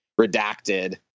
redacted